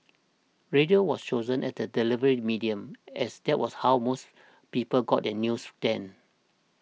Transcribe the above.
radio was chosen as the delivery medium as that was how most people got their news then